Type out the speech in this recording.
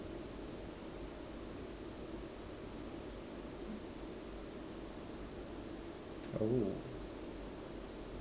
oh